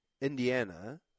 Indiana